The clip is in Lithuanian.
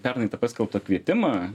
pernai tą paskelbtą kvietimą